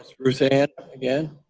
ruth ann again.